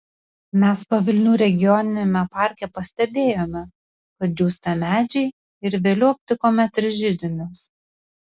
mes pavilnių regioniniame parke pastebėjome kad džiūsta medžiai ir vėliau aptikome tris židinius